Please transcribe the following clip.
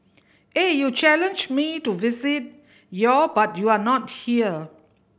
eh you challenged me to visit your but you are not here